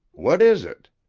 what is it?